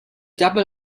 double